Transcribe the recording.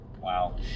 wow